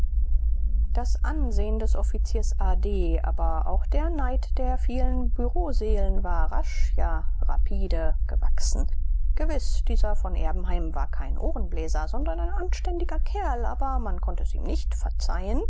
das ansehen des offiziers a d aber auch der neid der vielen bureauseelen war rasch ja rapide gewachsen gewiß dieser von erbenheim war kein ohrenbläser sondern ein anständiger kerl aber man konnte es ihm nicht verzeihen